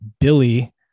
Billy